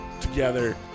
together